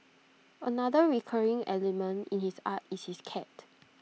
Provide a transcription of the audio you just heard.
another recurring element in his art is his cat